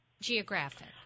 geographic